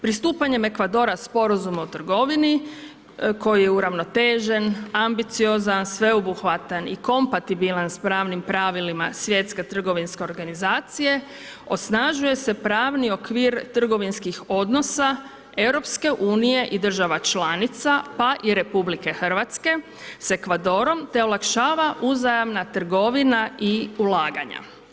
Pristupanjem Ekvadora sporazum o trgovini koji je uravnotežen, ambiciozan, sveobuhvatan i kompatibilan sa pravnim pravilima svjetske trgovinske organizacije osnažuje se pravni okvir trgovinskih odnosa EU i država članica pa i RH s Ekvadorom te olakšava uzajamna trgovina i ulaganja.